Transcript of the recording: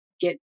get